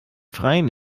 freien